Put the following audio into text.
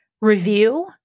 review